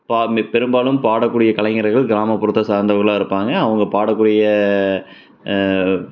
பெரும்பாலும் பாடக்கூடிய கலைஞர்கள் கிராமப்புறத்தை சார்ந்தவர்களா இருப்பாங்க அவங்க பாடக்கூடிய